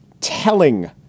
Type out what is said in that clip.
telling